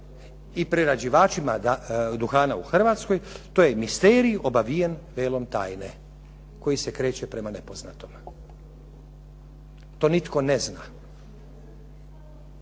i prerađivačima duhana u Hrvatskoj, to je misterij obavijen velom tajne koji se kreće prema nepoznatom. To nitko ne zna.